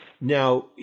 Now